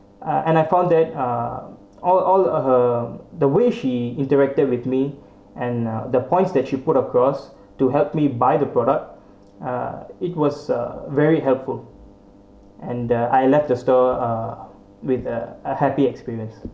uh and I found that uh all all of her the way she interacted with me and uh the points that she put across to help me buy the product uh it was a very helpful and the I left the store uh with a a happy experience